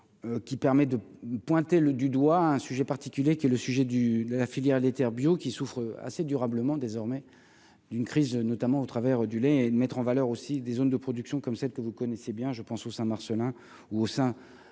qui permet de pointer le du doigt un sujet particulier qui est le sujet du de la filière Terres bio qui souffrent assez durablement désormais d'une crise, notamment au travers du lait et de mettre en valeur aussi des zones de production comme celle que vous connaissez bien, je pense au Saint Marcelin ou au sein,